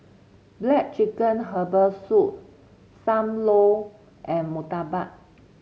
black chicken Herbal Soup Sam Lau and Murtabak